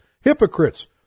hypocrites